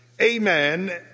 amen